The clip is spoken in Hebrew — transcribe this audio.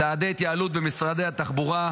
צעדי התייעלות במשרדי התחבורה,